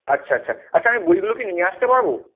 আচ্ছা আচ্ছা আচ্ছা আমি বইগুলো কি নিয়ে আসতে পারব